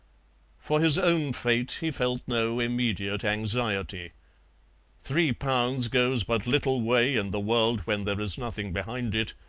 for his own fate he felt no immediate anxiety three pounds goes but little way in the world when there is nothing behind it,